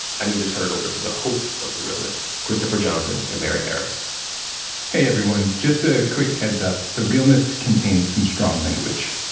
i need to turn it over to the hosts of the realness, christopher johnson and mary harris hey, everyone. just a quick heads up the realness contains some strong language